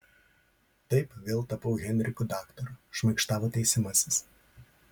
taip vėl tapau henriku daktaru šmaikštavo teisiamasis